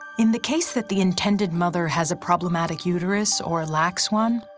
in the case that the intended mother has a problematic uterus, or lacks one,